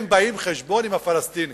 הם באים חשבון עם הפלסטינים,